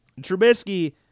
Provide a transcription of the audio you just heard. Trubisky